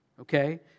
Okay